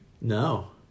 No